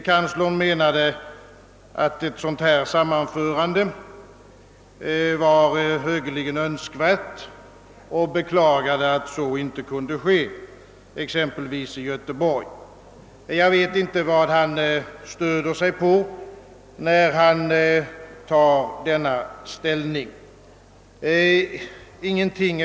Kanslern ansåg, att ett sammanförande var högeligen önskvärt och beklagade att ett sådant inte kunde ske exempelvis i Göteborg. Jag vet inte vad han stöder sig på när han tar denna ställning.